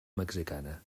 mexicana